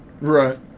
Right